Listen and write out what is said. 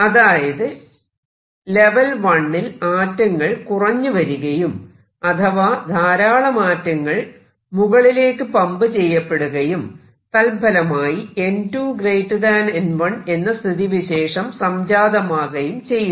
അതായത് ലെവൽ 1 ൽ ആറ്റങ്ങൾ കുറഞ്ഞു വരികയും അഥവാ ധാരാളം ആറ്റങ്ങൾ മുകളിലേക്ക് പമ്പ് ചെയ്യപ്പെടുകയും തത്ഫലമായി n2 n1 എന്ന സ്ഥിതിവിശേഷം സംജാതമാകയും ചെയ്യുന്നു